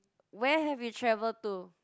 where have you travelled to